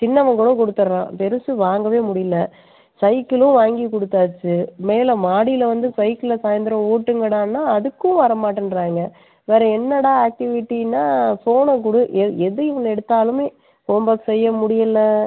சின்னவன் கூட கொடுத்துட்றான் பெருசு வாங்கவே முடியிலை சைக்கிளும் வாங்கி கொடுத்தாச்சி மேலே மாடியில் வந்து சைக்கிளை சாய்ந்திரம் ஓட்டுங்கடானா அதுக்கும் வர மாட்டேன்கிறாங்க வேறு என்னடா ஆக்ட்டிவிட்டினால் ஃபோனை கொடு எ எது இவங்க எடுத்தாலுமே ஹோம் ஒர்க் செய்ய முடியிலை